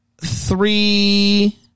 three